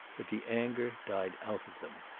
but the anger died out of them.